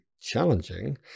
challenging